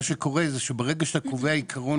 מה שקורה זה שברגע שאתה קובע עיקרון